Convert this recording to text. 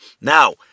Now